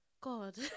God